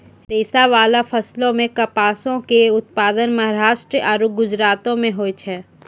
रेशाबाला फसलो मे कपासो के उत्पादन महाराष्ट्र आरु गुजरातो मे होय छै